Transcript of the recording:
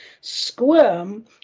squirm